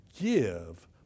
give